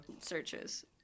searches